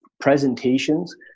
presentations